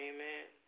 Amen